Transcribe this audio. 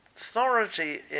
authority